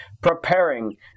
preparing